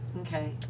Okay